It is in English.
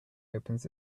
opens